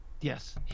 Yes